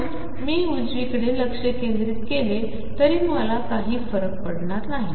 म्हणून मीउजवीकडेलक्षकेंद्रितकेलेतरीकाहीफरकपडतनाही